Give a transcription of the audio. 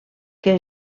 que